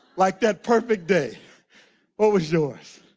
like that perfect day overjoys.